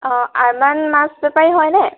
অ' আৰমান মাছ বেপাৰী হয়নে